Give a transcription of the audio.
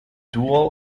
dual